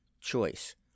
choice